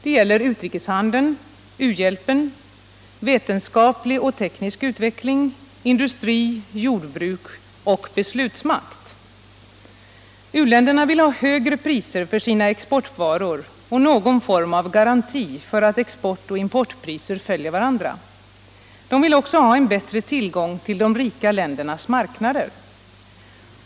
Det gäller utrikeshandeln, u-hjälpen, vetenskaplig och teknisk utveckling, industri, jordbruk och beslutsmakt. U-länderna vill ha högre priser för sina exportvaror och någon form av garanti för att export och importpriser följer varandra. De vill också ha en bättre tillgång till de rika ländernas marknader.